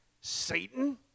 Satan